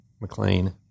McLean